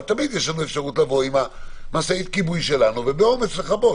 אבל תמיד יש לנו את אפשרות לבוא עם משאית הכיבוי שלנו ובאומץ לכבות.